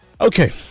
Okay